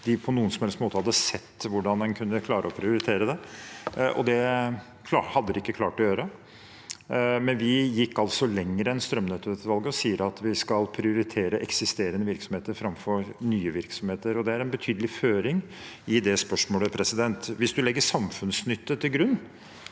måte hadde sett hvordan en kunne klare å prioritere det. Det hadde de ikke klart å gjøre. Vi gikk altså lenger enn strømnettutvalget i å si at vi skal prioritere eksisterende virksomheter framfor nye virksomheter. Det er også en betydelig føring i det spørsmålet. Hvis man legger samfunnsnytte til grunn,